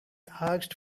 asked